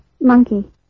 monkey